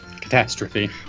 Catastrophe